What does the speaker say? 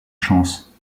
chance